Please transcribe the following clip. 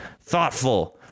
Thoughtful